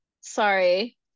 sorry